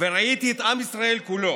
וראיתי את עם ישראל כולו,